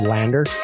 Lander